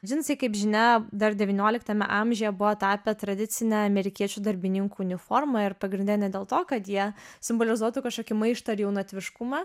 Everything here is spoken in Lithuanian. džinsai kaip žinia dar devynioliktame amžiuje buvo tapę tradicine amerikiečių darbininkų uniforma ir pagrinde ne dėl to kad jie simbolizuotų kažkokį maištą ar jaunatviškumą